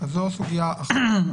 זו סוגייה אחת.